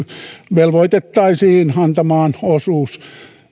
velvoitettaisiin antamaan osuus